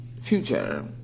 future